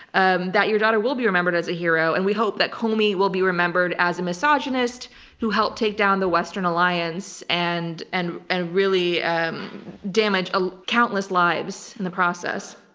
um that your daughter will be remembered as a hero, and we hope that comey will be remembered as a misogynist who helped take down the western alliance and and and really damaged ah countless lives in the process.